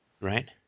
Right